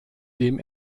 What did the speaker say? dem